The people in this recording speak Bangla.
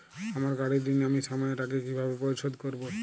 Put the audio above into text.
আমার গাড়ির ঋণ আমি সময়ের আগে কিভাবে পরিশোধ করবো?